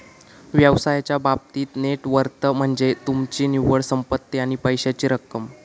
व्यवसायाच्या बाबतीत net worth म्हनज्ये तुमची निव्वळ संपत्ती आणि पैशाची रक्कम